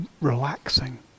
relaxing